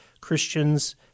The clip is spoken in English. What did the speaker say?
Christians